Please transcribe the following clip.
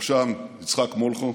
ובראשם יצחק מלכו,